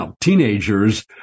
teenagers